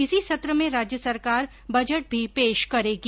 इसी सत्र में राज्य सरकार बजट भी पेश करेगी